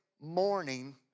morning